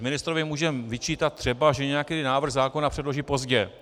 Ministrovi můžeme vyčítat třeba, že nějaký návrh zákona předloží pozdě.